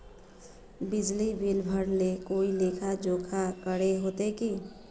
बिजली बिल भरे ले कोई लेखा जोखा करे होते की?